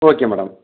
okay madam